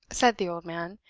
said the old man,